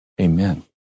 Amen